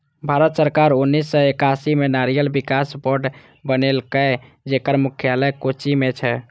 भारत सरकार उन्नेस सय एकासी मे नारियल विकास बोर्ड बनेलकै, जेकर मुख्यालय कोच्चि मे छै